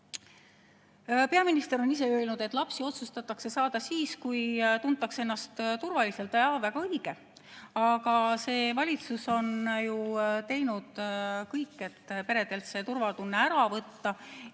Peaminister on öelnud, et lapsi otsustatakse saada siis, kui tuntakse ennast turvaliselt. Väga õige. Aga see valitsus on ju teinud kõik, et peredelt turvatunne ära võtta.